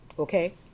Okay